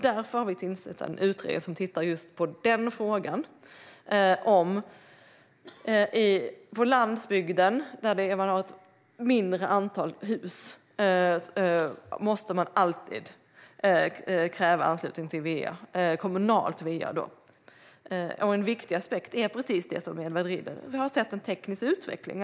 Därför har vi tillsatt en utredning som tittar just på den frågan: Måste vi alltid kräva anslutning till kommunalt va-nät på landsbygden, där man har ett mindre antal hus? En viktig aspekt är precis det Edward Riedl tar upp, nämligen att vi har sett en teknisk utveckling.